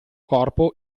corpo